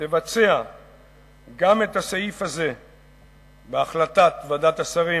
תבצע גם את הסעיף הזה בהחלטת ועדת השרים